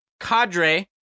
cadre